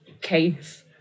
case